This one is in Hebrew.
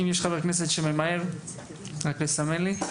אם יש חבר כנסת שממהר לסמן לי.